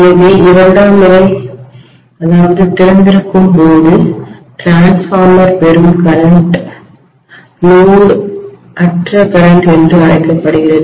எனவே இரண்டாம் நிலை திறந்திருக்கும் போது மின்மாற்றிடிரான்ஸ்ஃபார்மர் பெறும் கரண்ட் சுமையற்ற மின்னோட்டம் லோடு அற்ற கரண்ட் என்று அழைக்கப்படுகிறது